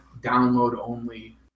download-only